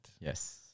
yes